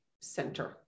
center